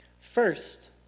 First